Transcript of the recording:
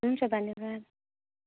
हुन्छ धन्नवाद